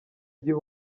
gihe